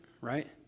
right